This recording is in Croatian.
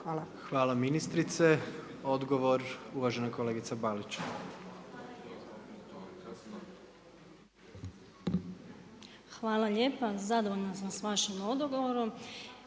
Hvala ministrice. Odgovor uvažena kolegica Balić. **Balić, Marijana (HDZ)** Hvala lijepa. Zadovoljna sam sa vašim odgovorom